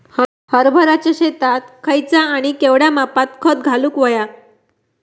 हरभराच्या शेतात खयचा आणि केवढया मापात खत घालुक व्हया?